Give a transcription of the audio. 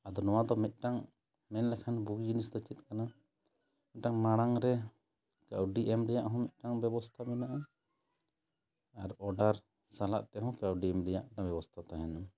ᱟᱫᱚ ᱱᱚᱣᱟ ᱫᱚ ᱢᱤᱫᱴᱟᱝ ᱢᱮᱱᱞᱮᱠᱷᱟᱱ ᱵᱩᱜᱤ ᱡᱤᱱᱤᱥ ᱫᱚ ᱪᱮᱫ ᱠᱟᱱᱟ ᱢᱤᱫᱴᱟᱝ ᱢᱟᱲᱟᱝ ᱨᱮ ᱠᱟᱹᱣᱰᱤ ᱮᱢ ᱨᱮᱭᱟᱜ ᱦᱚᱸ ᱢᱤᱫᱴᱟᱝ ᱵᱮᱵᱚᱥᱛᱷᱟ ᱢᱮᱱᱟᱜᱼᱟ ᱟᱨ ᱚᱰᱟᱨ ᱥᱟᱞᱟᱜ ᱛᱮᱦᱚᱸ ᱠᱟᱹᱣᱰᱤ ᱮᱢ ᱨᱮᱭᱟᱜ ᱵᱮᱵᱚᱥᱛᱷᱟ ᱛᱟᱦᱮᱱᱟ